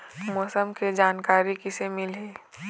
मौसम के जानकारी किसे मिलही?